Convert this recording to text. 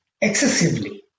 excessively